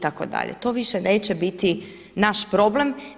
To više neće biti naš problem.